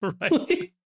Right